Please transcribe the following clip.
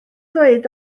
dweud